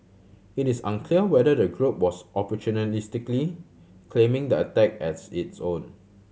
it is unclear whether the group was opportunistically claiming the attack as its own